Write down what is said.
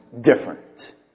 different